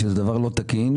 שזה דבר לא תקין,